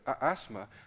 asthma